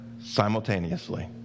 simultaneously